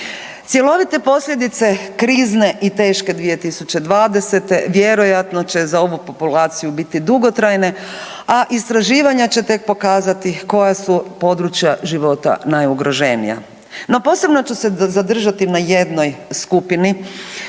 Cjelovite posljedice krizne i teške 2020.-te vjerojatno će za ovu populaciju biti dugotrajne, a istraživanja će tek pokazati koja su područja života najugroženija. No, posebno ću se zadržati na jednoj skupini